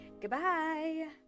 Goodbye